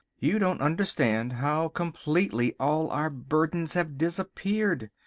you don't understand how completely all our burdens have disappeared.